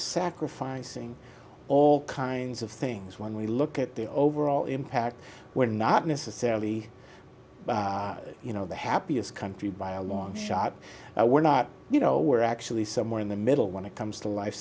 sacrificing all kinds of things when we look at the overall impact we're not necessarily you know the happiest country by a long shot now we're not you know we're actually somewhere in the middle when it comes to life